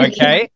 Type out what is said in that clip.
Okay